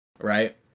right